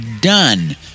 done